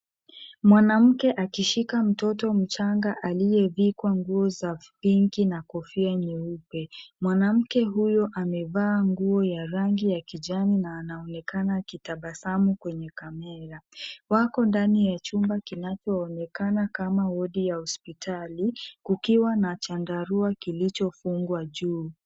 Mwanamke akishika mtoto mchanga aliyevikwa nguo za pinki na kofia nyeupe. Mwanamke huyo amevaa nguo ya rangi ya kijani na anaonekana akitabasamu kwenye kamera. Wako ndani ya chumba kinachoonekana kama wodi ya hospitali, kukiwa na chandaria kilichofungwa juu.